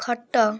ଖଟ